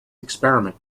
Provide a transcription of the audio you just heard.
experiment